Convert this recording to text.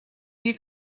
you